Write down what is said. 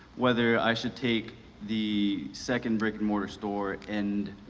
whether i should take the second brick-and-mortar store and